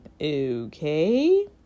okay